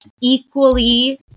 equally